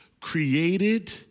created